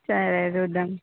సరే చూద్దాం